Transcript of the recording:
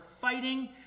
fighting